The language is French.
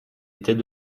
était